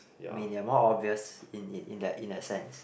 mean they are more obvious in in in that in that sense